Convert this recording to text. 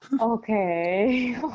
Okay